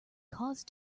cause